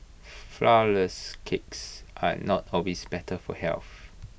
Flourless Cakes are not always better for health